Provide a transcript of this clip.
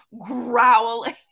growling